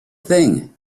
thing